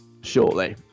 shortly